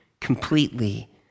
completely